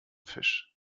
fisch